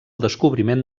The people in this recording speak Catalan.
descobriment